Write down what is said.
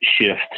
shift